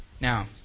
Now